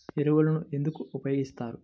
ఎరువులను ఎందుకు ఉపయోగిస్తారు?